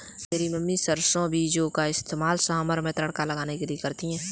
मेरी मम्मी सरसों बीजों का इस्तेमाल सांभर में तड़का लगाने के लिए करती है